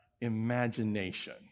imagination